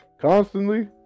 constantly